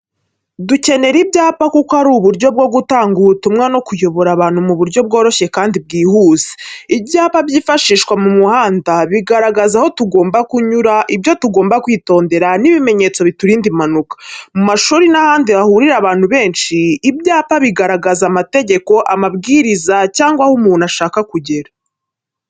Dukenera ibyapa kuko ari uburyo bwo gutanga ubutumwa no kuyobora abantu mu buryo bworoshye kandi bwihuse. Ibyapa byifashishwa mu muhanda bigaragaza aho tugomba kunyura, ibyo tugomba kwitondera, n’ibimenyetso biturinda impanuka. Mu mashuri n’ahandi hahurira abantu benshi, ibyapa bigaragaza amategeko, amabwiriza cyangwa aho umuntu ashaka kugera.